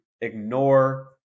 ignore